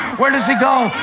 where does he go?